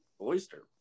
oyster